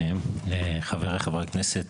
חבריי חברי הכנסת,